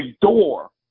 door